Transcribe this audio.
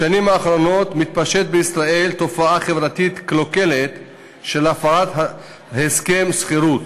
בשנים האחרונות מתפשטת בישראל תופעה חברתית קלוקלת של הפרת הסכם שכירות,